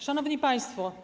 Szanowni Państwo!